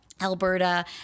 Alberta